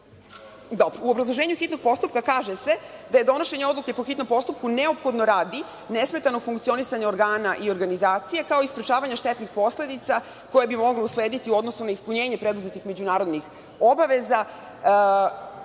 oktobra?U obrazloženju hitnog postupka kaže se da je donošenje odluke po hitnom postupku neophodno radi nesmetanog funkcionisanja organa i organizacije, kao i sprečavanje štetnih posledica koje bi mogle uslediti, odnosno na ispunjenje preduzetih međunarodnih obaveza. Ja